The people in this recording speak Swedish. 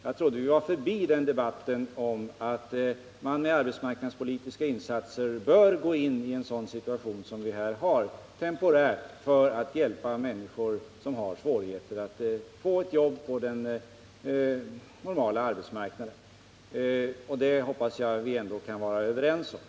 Jag trodde att vi var förbi debatten om att man i en sådan situation som vi nu har temporärt bör gå in med Nr 35 arbetsmarknadspolitiska insatser för att hjälpa människor som har svårig Fredagen den heter att få ett jobb på den normala arbetsmarknaden. Det hoppas jag att vi 17 november 1978 ändå kan vara överens om.